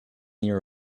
near